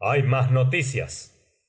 hay más noticias